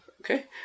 Okay